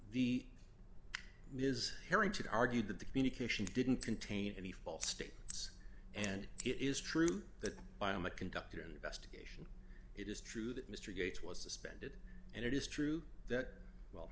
the ms harrington argued that the communications didn't contain any false statements and it is true that i am a conductor investigation it is true that mr gates was suspended and it is true that